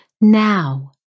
Now